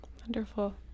Wonderful